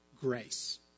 Grace